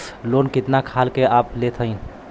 Loan कितना खाल के आप लेत हईन?